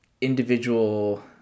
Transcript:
individual